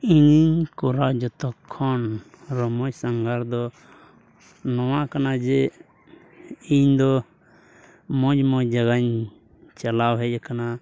ᱤᱧ ᱠᱚᱨᱟᱣ ᱡᱚᱛᱚ ᱠᱷᱚᱱ ᱢᱚᱡᱽ ᱥᱟᱸᱜᱷᱟᱨ ᱫᱚ ᱱᱚᱣᱟ ᱠᱟᱱᱟ ᱡᱮ ᱤᱧ ᱫᱚ ᱢᱚᱡᱽᱼᱢᱚᱡᱽ ᱡᱟᱭᱜᱟᱧ ᱪᱟᱞᱟᱣ ᱦᱮᱡ ᱠᱟᱱᱟ